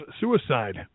suicide